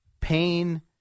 pain